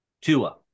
Tua